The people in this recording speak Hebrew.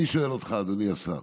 אני שואל אותך, אדוני השר: